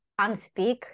unstick